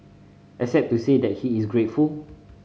except to say that he is grateful